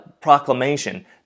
proclamation